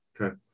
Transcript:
Okay